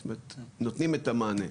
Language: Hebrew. זאת אומרת נותנים את המענה.